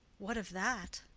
what of that?